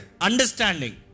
Understanding